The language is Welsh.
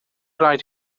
raid